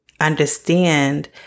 understand